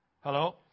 Hello